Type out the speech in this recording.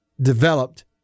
developed